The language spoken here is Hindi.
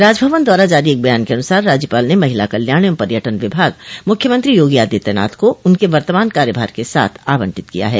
राजभवन द्वारा जारी एक बयान के अनुसार राज्यपाल ने महिला कल्याण एवं पर्यटन विभाग मुख्यमंत्री योगी आदित्यनाथ को उनके वर्तमान कार्यभार के साथ आवंटित किया है